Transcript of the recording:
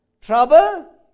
trouble